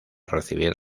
recibir